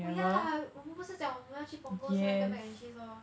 oh yeah 我们不是讲我们去 punggol 吃哪个 mac and cheese lor